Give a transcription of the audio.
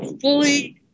fully